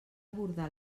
abordar